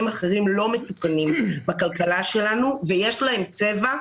אחרים לא מתוקנים בכלכלה שלנו ויש להם צבע,